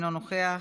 אינו נוכח,